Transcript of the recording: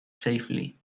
safely